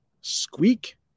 Squeak